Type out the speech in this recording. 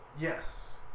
Yes